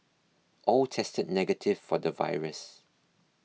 all tested negative for the virus